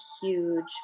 huge